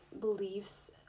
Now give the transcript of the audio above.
beliefs